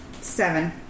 seven